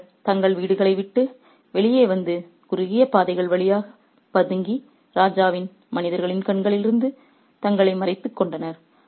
அவர்கள் தங்கள் வீடுகளை விட்டு வெளியே வந்து குறுகிய பாதைகள் வழியாக பதுங்கி ராஜாவின் மனிதர்களின் கண்களிலிருந்து தங்களை மறைத்துக் கொண்டனர்